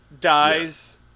dies